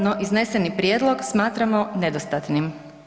No, izneseni prijedlog smatramo nedostatnim.